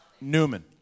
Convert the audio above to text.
Newman